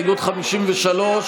ומתחיל לעסוק בענייני המשרדים שלנו,